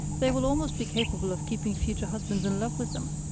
they will almost be capable of keeping future husbands in love with them.